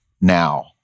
now